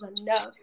enough